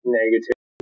negative